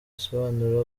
isobanura